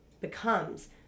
becomes